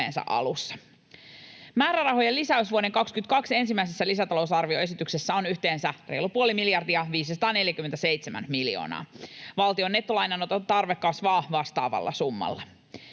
Määrärahojen lisäys vuoden 22 ensimmäisessä lisätalousarvioesityksessä on yhteensä reilu puoli miljardia, 547 miljoonaa. Valtion nettolainanoton tarve kasvaa vastaavalla summalla.